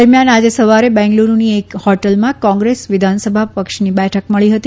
દરમિયાન આજે સવારે બેંગલુરૂની એક હોટલમાં કોંગ્રેસ વિધાનસભા પક્ષની બેઠક મળી હતી